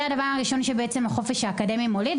זה הדבר הראשון שהחופש האקדמי מוליד.